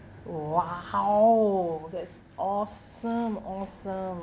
!wow! that's awesome awesome